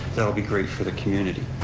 that'll be great for the community.